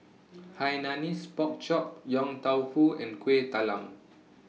Hainanese Pork Chop Yong Tau Foo and Kueh Talam